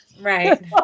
Right